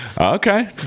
Okay